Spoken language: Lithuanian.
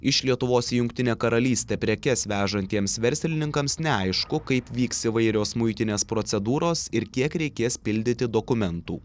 iš lietuvos į jungtinę karalystę prekes vežantiems verslininkams neaišku kaip vyks įvairios muitinės procedūros ir kiek reikės pildyti dokumentų